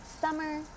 summer